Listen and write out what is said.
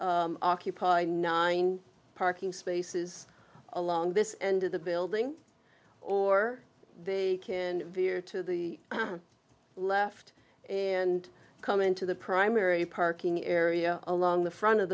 quickly occupy nine parking spaces along this end of the building or they can veer to the left and come into the primary parking area along the front of